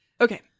Okay